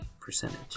percentage